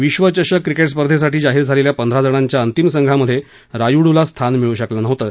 विश्वचषक क्रिकेट स्पर्धेसाठी जाहीर झालेल्या पंधरा जणांच्या अंतिम संघामध्ये रायुडूला स्थान मिळू शकलं नव्हतं